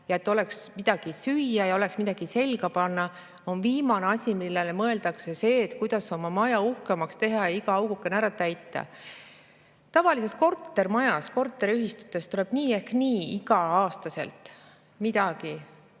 ja et oleks midagi süüa ja midagi selga panna, on viimane asi, millele sa mõtled, see, kuidas oma maja uhkemaks teha ja iga augukene ära täita. Tavalise kortermaja korteriühistus tuleb nii ehk naa igal aastal midagi remontida,